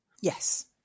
Yes